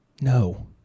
no